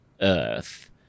Earth